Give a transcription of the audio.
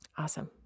Awesome